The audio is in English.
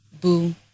Boo